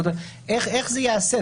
זאת אומרת איך זה ייעשה,